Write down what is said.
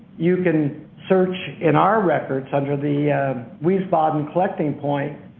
you can search in our records under the wiesbaden collecting point